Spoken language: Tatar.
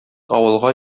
авылга